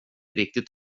riktigt